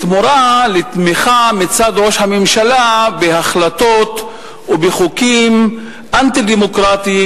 בתמורה לתמיכה מצד ראש הממשלה בהחלטות ובחוקים אנטי-דמוקרטיים,